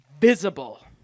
visible